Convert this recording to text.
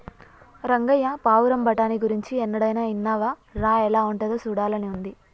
రంగయ్య పావురం బఠానీ గురించి ఎన్నడైనా ఇన్నావా రా ఎలా ఉంటాదో సూడాలని ఉంది